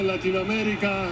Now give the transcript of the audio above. Latinoamérica